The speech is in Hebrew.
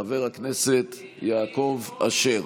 חבר הכנסת יעקב אשר.